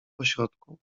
pośrodku